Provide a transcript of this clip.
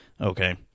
Okay